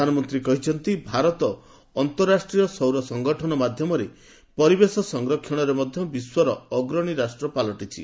ପ୍ରଧାନମନ୍ତ୍ରୀ କହିଛନ୍ତି ଭାରତ ଅନ୍ତରାଷ୍ଟ୍ରୀୟ ସୌର ସଙ୍ଗଠନ ମାଧ୍ୟମରେ ପରିବେଶ ସଂରକ୍ଷଣରେ ମଧ୍ୟ ବିଶ୍ୱର ଅଗ୍ରଣୀ ରାଷ୍ଟ୍ର ପାଲଟିଛି